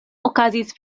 okazis